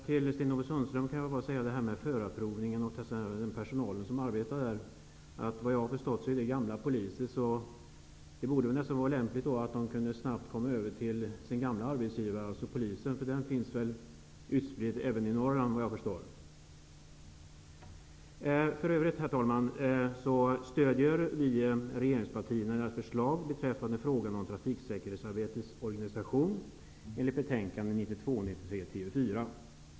Herr talman! När det gäller förarprövningen och den personal som arbetar där, Sten-Ove Sundström, har jag förstått att förarprövarna är gamla poliser. Det borde vara lämpligt att de snabbt kan gå över till sin gamla arbetsgivare, dvs. Polisen. Den finns väl även i Norrland. Vi i Ny demokrati stödjer regeringspartierna i deras förslag beträffande frågan om trafiksäkerhetsarbetets organisation enligt betänkande 1992/93:TU4.